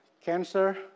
cancer